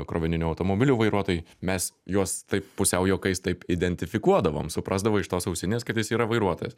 krovininių automobilių vairuotojai mes juos taip pusiau juokais taip identifikuodavom suprasdavo iš tos ausinės kad jis yra vairuotojas